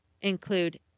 include